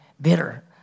bitter